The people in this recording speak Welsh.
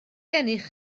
gennych